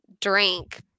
drink